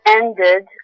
ended